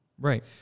Right